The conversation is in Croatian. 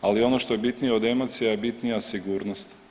Ali ono što je bitnije od emocija je bitnija sigurnost.